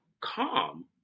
calm